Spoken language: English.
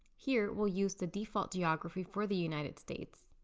here we'll use the default geography for the united states.